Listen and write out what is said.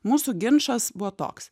mūsų ginčas buvo toks